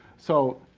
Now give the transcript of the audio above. so,